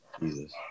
Jesus